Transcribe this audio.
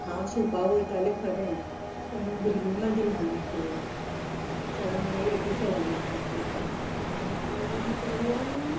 हांव शिंवपाक वयतालें खरें पूण भुरगीं म्हजीं ल्हान आसलेलीं चलो म्हागे एटी सेवनांतलो आसलो आनीक चेडूं